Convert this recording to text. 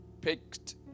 picked